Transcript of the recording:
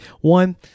One